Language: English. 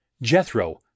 Jethro